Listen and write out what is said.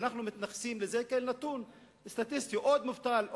ואנחנו מתייחסים לזה כאל נתון סטטיסטי: עוד מובטל,